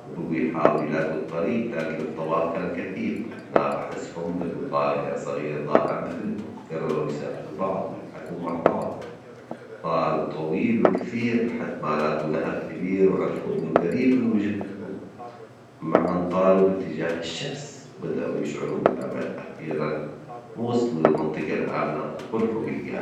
وبجو يحاولوا يلاجو الطريج، لكن الطباب كان كثيف أثناء بحثهم لجو طائر صغير ضائع مثلهم قرروا يساعدوا بعض ويبحثوا مع بعض، طاروا طويل وكثير لحد ما لاجو نهر كبير وعرفوا إنه جريب من وجهتهم، معًا طاروا باتجاه الشمس وبدؤوا يشعروا بالأمل أخيرًا وصلوا للمنطقة الآمنة وفرحوا بلجاهم.